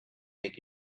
make